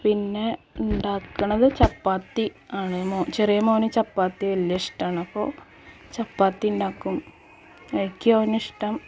പിന്നെ ഉണ്ടാക്കുന്നത് ചപ്പാത്തി ആണ് മോ ചെറിയ മോന് ചപ്പാത്തി വലിയ ഇഷ്ടമാണ് അപ്പോൾ ചപ്പാത്തി ഉണ്ടാക്കും കഴിക്കും അവന് ഇഷ്ടം